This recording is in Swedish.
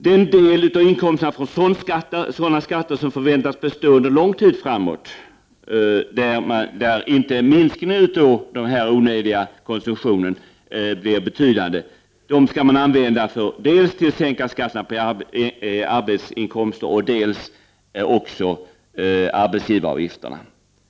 Den del av inkomsterna från sådana skatter som förväntas bestå under lång tid framåt — om inte minskningen av denna onödiga konsumtion blir betydande — skall man använda för att sänka dels skatterna på arbetsinkomster, dels arbetsgivaravgifterna.